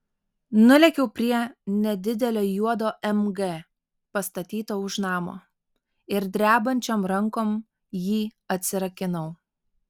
nulėkiau prie nedidelio juodo mg pastatyto už namo ir drebančiom rankom jį atsirakinau